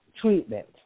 treatment